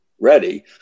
ready